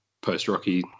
post-rocky